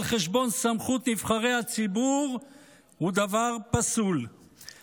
חשבון סמכות נבחרי הציבור היא דבר פסול,